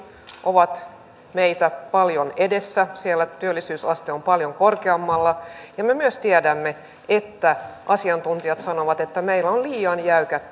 ovat meitä paljon edellä siellä työllisyysaste on paljon korkeammalla ja me myös tiedämme että asiantuntijat sanovat että meillä on liian jäykät